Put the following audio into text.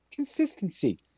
consistency